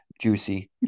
juicy